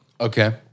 Okay